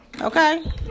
Okay